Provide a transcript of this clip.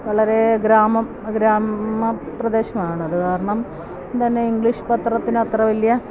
വളരെ ഗ്രാമം ഗ്രാമപ്രദേശമാണ് അത് കാരണം തന്നെ ഇംഗ്ലീഷ് പത്രത്തിന് അത്ര വലിയ